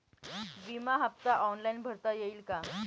विमा हफ्ता ऑनलाईन भरता येईल का?